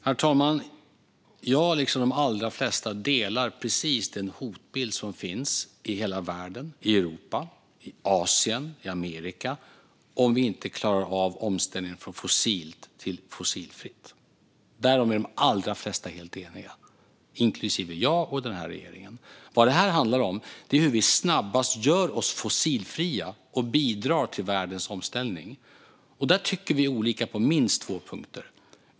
Herr talman! Jag, liksom de allra flesta, delar den hotbild som finns i hela världen - i Europa, i Asien, i Amerika - om vi inte klarar av omställningen från fossilt till fossilfritt. Därom är de allra flesta helt eniga, inklusive jag och den här regeringen. Vad det här handlar om är hur vi snabbast gör oss fossilfria och bidrar till världens omställning. Där tycker vi olika på minst två punkter, Annika Hirvonen.